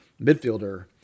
midfielder